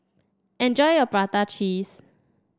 enjoy your Prata Cheese